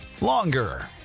longer